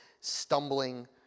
stumbling